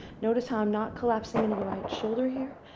notice how i'm not collapsing into the right shoulder here,